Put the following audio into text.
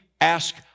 ask